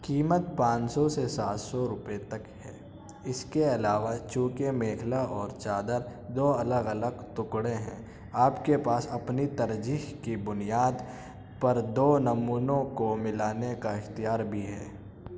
قیمت پانچ سو سے سات سو روپے تک ہے اس کے علاوہ چوں کہ میکھلا اور چادور دو الگ الگ ٹکڑے ہیں آپ کے پاس اپنی ترجیح کی بنیاد پر دو نمونوں کو ملانے کا اختیار بھی ہے